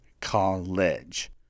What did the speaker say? College